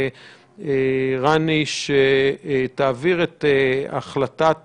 רני, שתעביר את החלטת